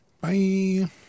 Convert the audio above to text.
Bye